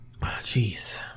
jeez